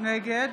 נגד